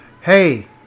Hey